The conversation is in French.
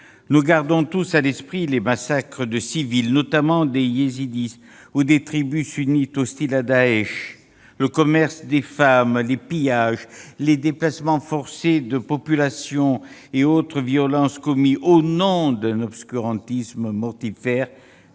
Nous gardons tous à l'esprit les massacres de civils, de Yézidis ou de membres de tribus sunnites hostiles à Daech notamment, le commerce des femmes, les pillages, les déplacements forcés de populations, et autres violences commises au nom d'un obscurantisme mortifère